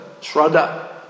Shraddha